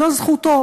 זו זכותו,